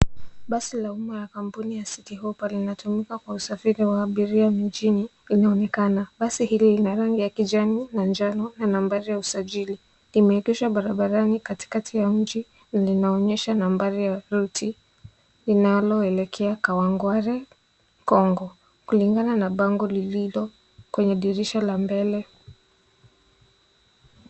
Basi la umma ya kampuni ya City Hall linatumika kwa usafiri wa abiria mjini inaonekana. Basi hili lina rangi ya kijani na njano na nambari ya usajili imevukishwa barabarani katikati ya mji yenye inaonyesha nambari ya ruti linaloelekea Kawangware Congo. Kulingana na bango lililo kwenye dirisha la mbele.